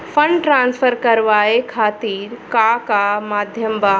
Fund transfer करवाये खातीर का का माध्यम बा?